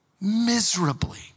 miserably